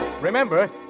Remember